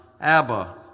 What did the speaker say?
Abba